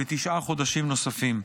בתשעה חודשים נוספים,